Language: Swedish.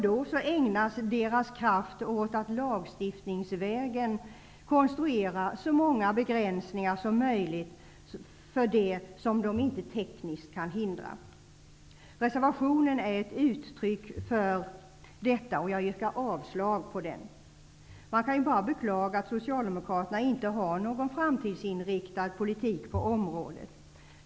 Då ägnas deras kraft åt att lagstiftningsvägen konstruera så många begränsningar som möjligt för det som de tekniskt inte kan hindra. Reservationen är ett uttryck för detta, och jag yrkar avslag på den. Man kan bara beklaga att socialdemokraterna inte har någon framtidsinriktad politik på området.